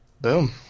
Boom